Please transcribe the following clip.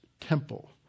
temple